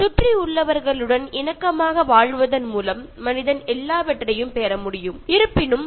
പ്രകൃതിയുമായി സൌഹാർദ്ദത്തിൽ ജീവിക്കുമ്പോൾ മനുഷ്യർക്ക് ഒരുപാട് നേട്ടങ്ങൾ ഉണ്ടാകും